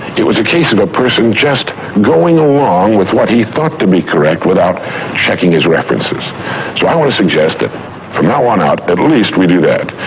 it was a case of a person just going along with what he thought to be correct without checking his references. so i want to suggest that from now on out at least we do that,